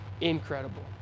incredible